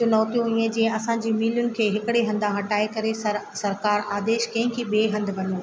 चुनौतियूं ईअं जीअं असांजे मीलियुनि खे हिकिड़े हंधि हटाए करे सर सरकार आदेश कयईं कि ॿिए हंधि वञो